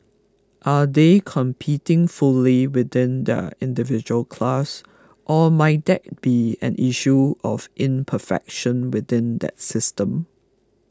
are they competing fully within their individual class or might that be an issue of imperfection within that system